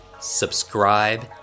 subscribe